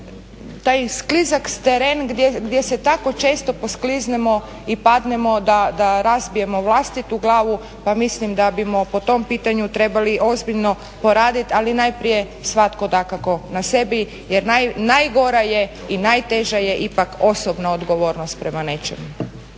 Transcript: taj sklizak teren gdje se tako često poskliznemo i padnemo da razbijemo vlastitu glavu, pa mislim da bimo po tom pitanju trebali ozbiljno poraditi, ali najprije svatko dakako na sebi, jer najgora je i najteža je ipak osobna odgovornost prema nečemu.